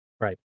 Right